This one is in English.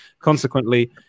Consequently